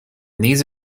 these